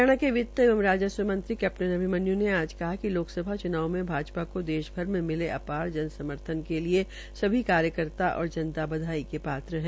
हरियाणा के वित्तमंत्री एवं राजस्व मंत्री कैप्टन अभिमन्यू ने आज कहा है कि लोकसभा च्नाव में भाजपा को देशभर में मिले आपार समर्थन के लिये सभी कार्यकताओं और जनता बधाई के पात्र है